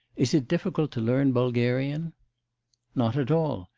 is it difficult to learn bulgarian not at all.